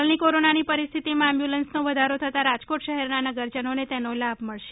હાલની કોરોનાની પરિસ્થિતિમાં એમ્બ્યુલન્સનો વધારો થતાં રાજકોટ શહેરના નગરજનોને તેનો લાભ મળશે